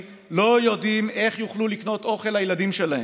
לא יודעים איך יוכלו לקנות אוכל לילדים שלהם,